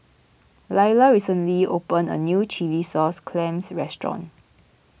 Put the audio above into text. Leyla recently open a new Chilli Sauce Clams Restaurant